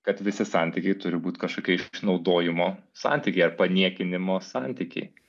kad visi santykiai turi būt kažkokie išnaudojimo santykiai ar paniekinimo santykiai